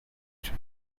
trip